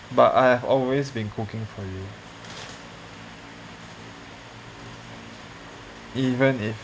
but I always been cooking for you even if